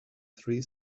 three